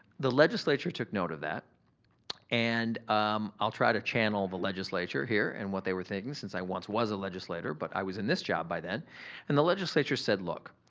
the legislature took note of that and um i'll try to channel the legislature here and what they were thinking since i once was a legislator but i was in this job by then and the legislature said look,